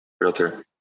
realtor